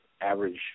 average